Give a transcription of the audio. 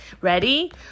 Ready